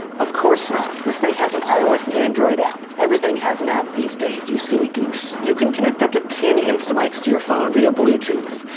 of course not, this thing has an ios and android app. everything has an app these days, you silly goose. you can connect up to ten instamics to your phone via bluetooth.